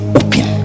open